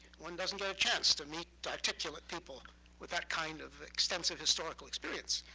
one doesn't get a chance to meet articulate people with that kind of extensive historical experience.